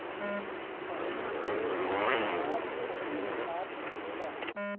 पशु से दूध, मांस अउरी खाद मिलेला